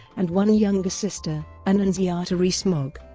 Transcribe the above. and one younger sister, and annunziata rees-mogg.